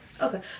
okay